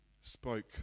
spoke